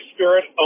Spirit